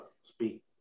speak